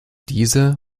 dieser